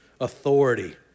authority